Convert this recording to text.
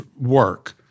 work